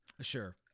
sure